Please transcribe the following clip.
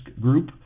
group